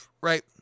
right